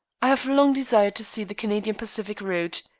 i have long desired to see the canadian pacific route.